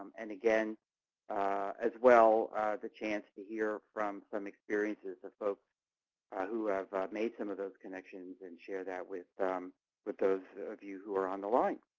and again as well the chance to hear from some experiences of folks who have made some of those connections and share that with um with those of you who are on the line.